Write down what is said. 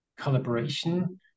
collaboration